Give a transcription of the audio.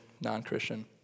non-Christian